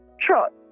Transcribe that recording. trot